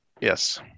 yes